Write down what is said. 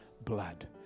blood